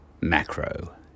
macro